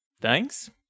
Thanks